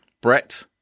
Brett